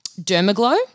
Dermaglow